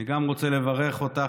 אני גם רוצה לברך אותך,